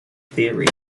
theory